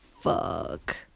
fuck